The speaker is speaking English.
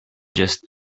just